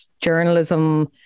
journalism